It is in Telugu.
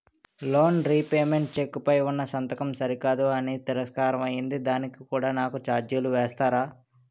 లోన్ రీపేమెంట్ చెక్ పై ఉన్నా సంతకం సరికాదు అని తిరస్కారం అయ్యింది దానికి కూడా నాకు ఛార్జీలు వేస్తారా?